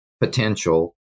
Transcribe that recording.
potential